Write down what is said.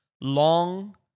Long